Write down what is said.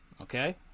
Okay